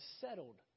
settled